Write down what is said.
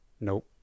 nope